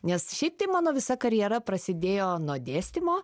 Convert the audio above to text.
nes šiaip tai mano visa karjera prasidėjo nuo dėstymo